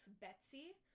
Betsy